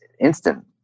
instant